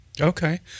Okay